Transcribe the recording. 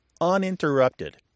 uninterrupted